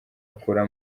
akura